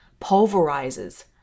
pulverizes